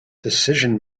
decision